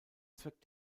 zweck